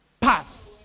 Pass